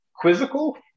Quizzical